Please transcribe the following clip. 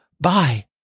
Bye